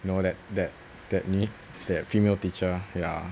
you know that that that 女 that female teacher ya